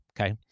Okay